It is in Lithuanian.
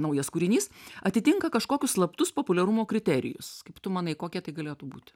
naujas kūrinys atitinka kažkokius slaptus populiarumo kriterijus kaip tu manai kokie tai galėtų būti